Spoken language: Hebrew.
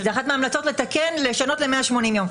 זאת אחת ההמלצות לתקן ולשנות ל-180 יום.